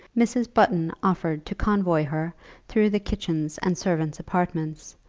mrs. button offered to convoy her through the kitchens and servants' apartments,